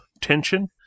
tension